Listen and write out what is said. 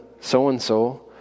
so-and-so